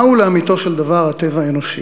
מהו לאמיתו של דבר הטבע האנושי.